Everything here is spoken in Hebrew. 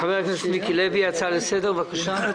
חבר הכנסת מיקי לוי, הצעה לסדר, בבקשה.